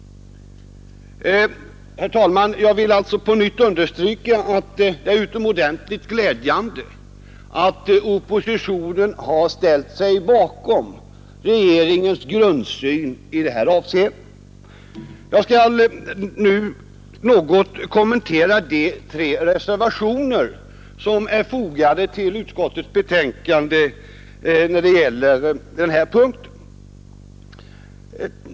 Herr talman! Jag vill alltså på nytt understryka att det är utomordentligt glädjande att oppositionen har ställt sig bakom regeringens grundsyn i detta avseende. Jag skall nu något kommentera de tre reservationer som är fogade till utskottets betänkande under denna punkt.